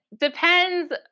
depends